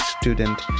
student